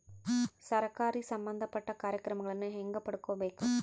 ಸರಕಾರಿ ಸಂಬಂಧಪಟ್ಟ ಕಾರ್ಯಕ್ರಮಗಳನ್ನು ಹೆಂಗ ಪಡ್ಕೊಬೇಕು?